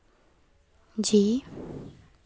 जी